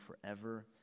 forever